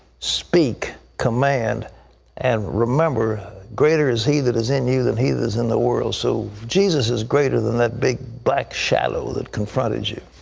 speak, command and remember, greater is he that is you than he that is in the world. so jesus is greater than that big, black shadow that confronted you.